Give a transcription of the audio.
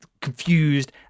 confused